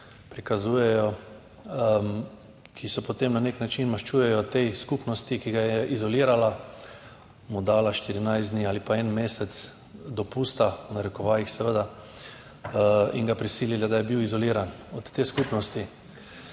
prikazujejo, ki se potem na nek način maščujejo tej skupnosti, ki jih je izolirala, jim dala 14 dni ali pa en mesec »dopusta«, v narekovajih seveda, in jih prisilila, da je bil izoliran od te skupnosti.